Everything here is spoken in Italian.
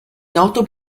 noto